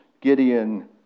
Gideon